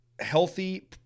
healthy